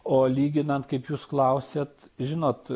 o lyginant kaip jūs klausiat žinot